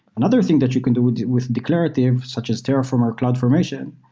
another thing that you can do with declarative, such as terraform or cloudformation,